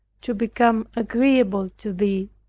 to become agreeable to thee,